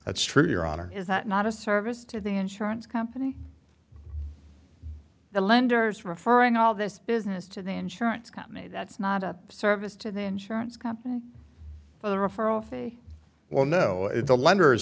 that's true your honor is not a service to the insurance company the lender is referring all this business to the insurance company that's not a service to the insurance company for the referral fee well no if the lender